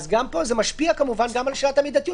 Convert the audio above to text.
גם פה זה משפיע כמובן גם על שאלת המידתיות,